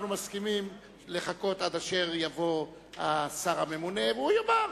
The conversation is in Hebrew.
מסכימים לחכות עד אשר יבוא השר הממונה והוא יאמר.